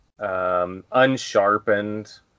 unsharpened